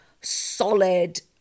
solid